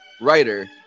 writer